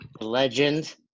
Legend